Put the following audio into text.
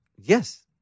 Yes